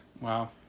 Wow